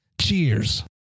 Cheers